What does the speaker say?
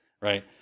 right